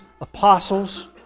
apostles